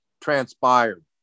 transpired